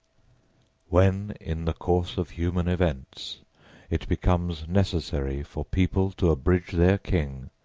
when in the course of human events it becomes necessary for people to abridge their king,